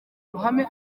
ruhame